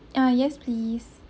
ah yes please